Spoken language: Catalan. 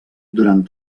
durant